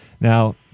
Now